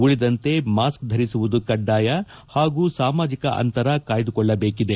ಉಳಿದಂತೆ ಮಾಸ್ಕ್ ಧರಿಸುವುದು ಕಡ್ಡಾಯ ಹಾಗೂ ಸಾಮಾಜಿಕ ಅಂತರ ಕಾಯ್ದುಕೊಳ್ಳಬೇಕಿದೆ